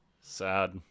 Sad